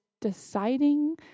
deciding